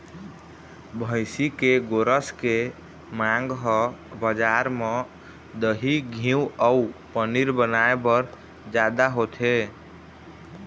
भइसी के गोरस के मांग ह बजार म दही, घींव अउ पनीर बनाए बर जादा होथे